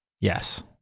Yes